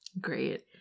Great